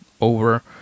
over